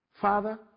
Father